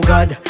God